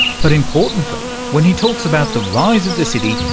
but importantly, when he talks about the rise of the city,